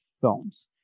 films